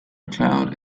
cloud